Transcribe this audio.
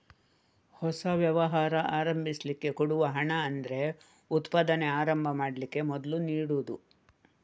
ಹೊಸ ವ್ಯವಹಾರ ಆರಂಭಿಸ್ಲಿಕ್ಕೆ ಕೊಡುವ ಹಣ ಅಂದ್ರೆ ಉತ್ಪಾದನೆ ಆರಂಭ ಮಾಡ್ಲಿಕ್ಕೆ ಮೊದ್ಲು ನೀಡುದು